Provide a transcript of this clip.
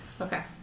Okay